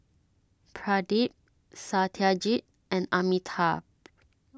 Pradip Satyajit and Amitabh